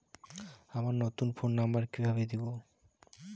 আমার নতুন phone number কিভাবে দিবো?